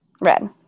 Red